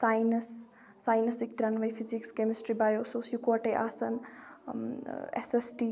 science ساینَسٕکۍ ترٛیٚنوٕے physics chemistry bio سُہ اوس یِکوَٹَے آسان ایس ایس ٹی